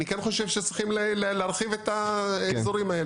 אני כן חושב שצריכים להרחיב את האזורים האלה.